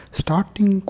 starting